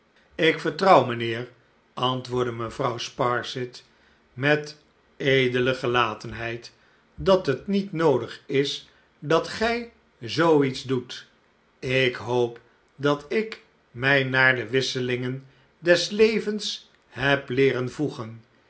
ik vertrouw mijnheer antwoordde mevrouw sparsit met edele gelatenheid dat het niet noodig is dat gij zoo iets doet ik hoop dat ik mij naar de wisselingen des levens heb leeren